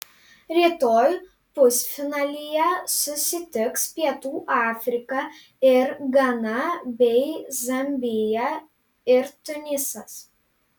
rytoj pusfinalyje susitiks pietų afrika ir gana bei zambija ir tunisas